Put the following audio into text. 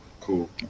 Cool